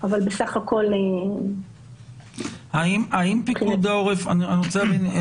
אבל בסך הכול --- האם פיקוד העורף אתנו?